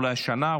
אולי שנה,